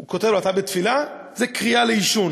הוא כותב לו: "אתה בתפילה?" זו קריאה לעישון.